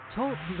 Talk